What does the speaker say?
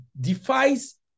defies